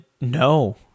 no